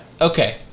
Okay